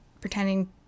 pretending